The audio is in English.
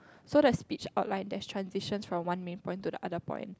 so the speech outline there's transition from one main point to the other point